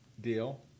deal